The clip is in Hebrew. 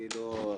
אני לא אחראי.